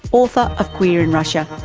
author of queer in russia.